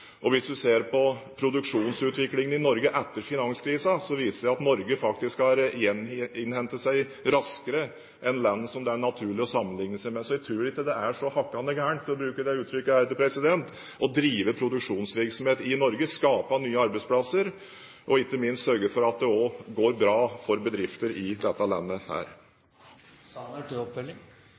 og hvis du ser på produksjonsutviklingen i Norge etter finanskrisen, viser det seg at Norge har innhentet seg raskere enn land som det er naturlig å sammenligne seg med. Så jeg tror ikke det er så hakkende gærent, for å bruke det uttrykket, å drive produksjonsvirksomhet i Norge, skape nye arbeidsplasser og ikke minst sørge for at det også går bra for bedrifter i dette landet.